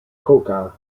coca